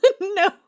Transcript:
no